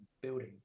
building